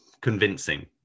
convincing